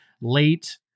late